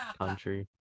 country